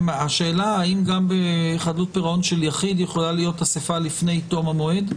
השאלה האם גם בחדלות פירעון של יחיד יכולה להיות אסיפה לפני תום המועד.